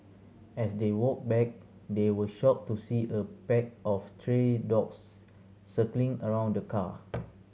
as they walked back they were shocked to see a pack of stray dogs circling around the car